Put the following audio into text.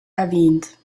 erwähnt